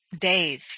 days